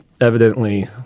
evidently